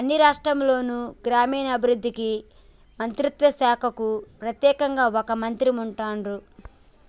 అన్ని రాష్ట్రాల్లోనూ గ్రామీణాభివృద్ధి మంత్రిత్వ శాఖకు ప్రెత్యేకంగా ఒక మంత్రి ఉంటాన్రు